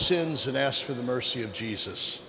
sins and asked for the mercy of jesus